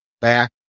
back